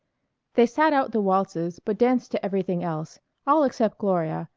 they sat out the waltzes but danced to everything else all except gloria,